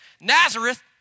Nazareth